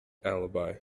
alibi